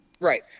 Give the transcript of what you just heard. Right